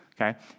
okay